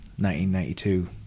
1992